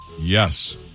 Yes